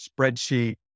spreadsheet